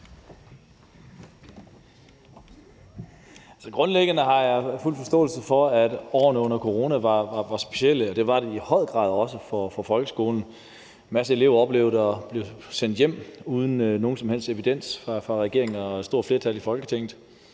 Grundlæggende har jeg fuld forståelse for, at årene under corona var specielle. Det var de i høj grad også for folkeskolen; en masse elever oplevede at blive sendt hjem uden nogen som helst evidens fra regeringen og et stort flertal i Folketinget.